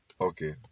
Okay